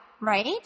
right